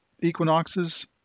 equinoxes